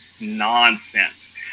nonsense